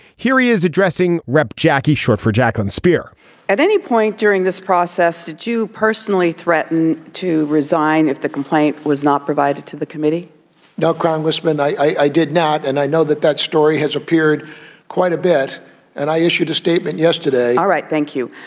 here he is addressing rep. jackie short for jacqueline speer at any point during this process did you personally threaten to resign if the complaint was not provided to the committee no congressman i did not and i know that that story has appeared quite a bit and i issued a statement yesterday. all right thank you.